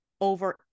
over